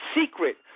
secret